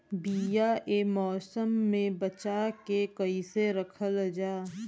बीया ए मौसम में बचा के कइसे रखल जा?